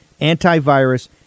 antivirus